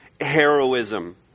heroism